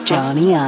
Johnny